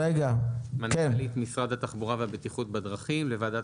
מנכ"לית משרד התחבורה והבטיחות בדרכים לוועדת